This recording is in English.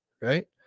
right